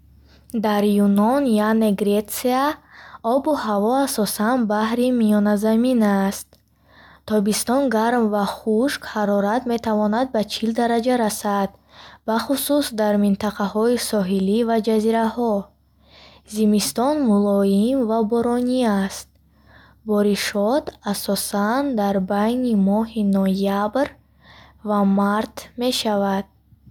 Дар Юнон яъне Гретсия обу ҳаво асосан баҳри Миёназамин аст. Тобистон гарм ва хушк, ҳарорат метавонад ба чил дараҷа расад, бахусус дар минтақаҳои соҳилӣ ва ҷазираҳо. Зимистон мулоим ва боронӣ аст, боришот асосан дар байни моҳи ноябр ва март мешавад.